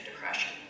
depression